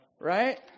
right